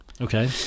Okay